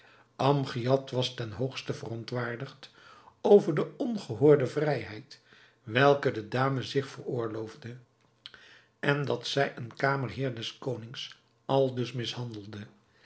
amgiad was ten hoogste verontwaardigd over de ongehoorde vrijheid welke de dame zich veroorloofde en dat zij een kamerheer des konings aldus mishandelde